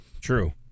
true